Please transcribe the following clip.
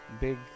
Big